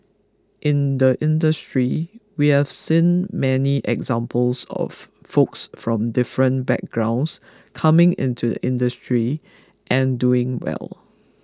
in the industry we have seen many examples of folks from different backgrounds coming into the industry and doing well